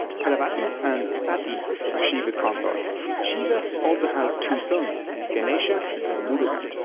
parvati and sati are shiva's consorts. shiva also has two sons ganesha and murugan.